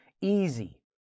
easy